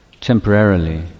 temporarily